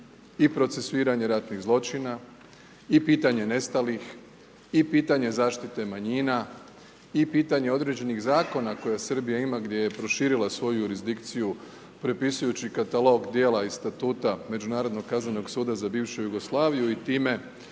i procesuiranje ratnih zločina i pitanje nestalih i pitanje zaštite manjina i pitanje određenih zakona koje Srbija ima gdje je proširila svoju jurisdikciju prepisujući katalog djela iz statuta međunarodnog Kaznenog suda za bivšu Jugoslaviju i time